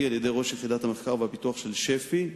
על-ידי ראש יחידת המחקר והפיתוח של שפ"י,